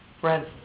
Friends